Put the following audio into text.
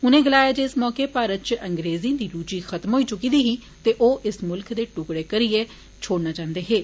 उनें गलाया जे इस मौके मारत च अंग्रेजें दी रुचि खत्म होई चुकी दी ही ते ओ इस मुल्ख दे टूकड़े टूकड़े करियै छोड़ना चाहन्दे हे